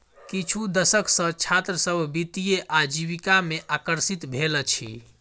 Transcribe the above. किछु दशक सॅ छात्र सभ वित्तीय आजीविका में आकर्षित भेल अछि